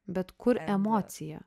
bet kur emocija